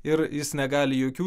ir jis negali jokių